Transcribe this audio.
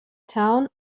town